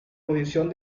posición